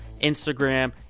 Instagram